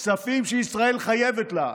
כספים שישראל חייבת לה.